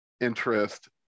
interest